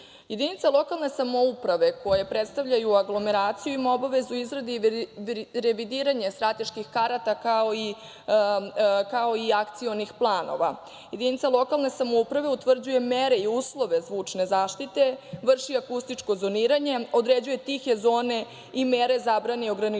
sredini. Jedinice lokalne samouprave koje predstavljaju aglomeraciju ima obavezu izrade revidiranje strateških karata, kao i akcionih planova. Jedinica lokalne samouprave utvrđuje mere i uslove zvučne zaštite, vrši akustičko zoniranje, određuje tihe zone i mere zabrane i ograničenja,